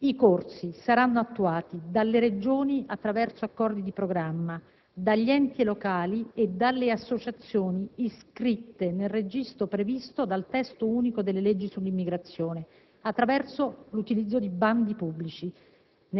I corsi saranno attuati dalle Regioni attraverso accordi di programma, dagli enti locali e dalle associazioni iscritte nel registro previsto dal Testo unico delle leggi sull'immigrazione, attraverso bandi pubblici.